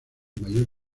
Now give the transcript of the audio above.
mayor